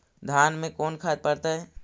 धान मे कोन खाद पड़तै?